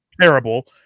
terrible